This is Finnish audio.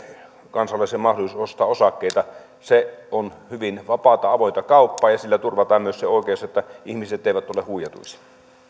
kansalaisen mahdollisuuden ostaa osakkeita se on hyvin vapaata avointa kauppaa ja sillä turvataan myös se oikeus että ihmiset eivät tule huijatuiksi